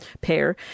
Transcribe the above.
pair